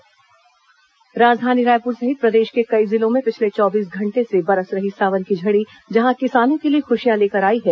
बारिश राजधानी रायपुर सहित प्रदेश के कई जिलों में पिछले चौबीस घंटे से बरस रही सावन की झड़ी जहां किसानों के लिए खुशियां लेकर आई है